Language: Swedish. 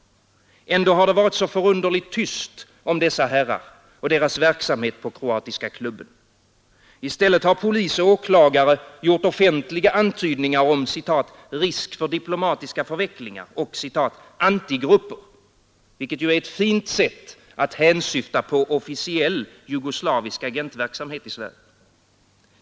Ändå har det varit så förunderligt tyst om dessa herrar och deras verksamhet på kroatiska klubben. I stället har polis och åklagare gjort antydningar om ”risk för diplomatiska förvecklingar” och om ”anti-grupper” — ett fint sätt att hänsyfta på officiell jugoslavisk agentverksamhet i Sverige.